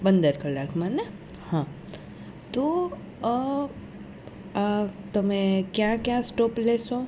પંદર કલાકમાં ને હા તો અ આ તમે ક્યાં ક્યાં સ્ટોપ લેશો